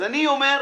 אז אני אומר: